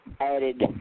added